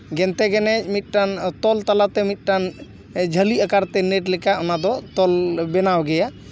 ᱜᱮᱱᱛᱮ ᱜᱮᱱᱮᱡ ᱢᱤᱫᱴᱟᱝ ᱛᱚᱞ ᱛᱟᱞᱟᱛᱮ ᱢᱤᱫᱴᱟᱝ ᱡᱷᱟᱹᱞᱤ ᱟᱠᱟᱨᱛᱮ ᱱᱮᱴ ᱞᱮᱠᱟ ᱚᱱᱟᱫᱚ ᱛᱚᱞ ᱵᱮᱱᱟᱣ ᱜᱮᱭᱟ